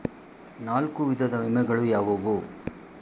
ನಾಲ್ಕು ವಿಧದ ವಿಮೆಗಳು ಯಾವುವು?